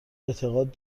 اعتقاد